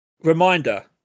reminder